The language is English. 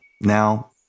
now